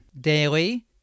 Daily